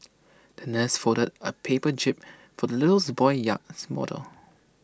the nurse folded A paper jib for the little boy's yacht model